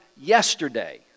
yesterday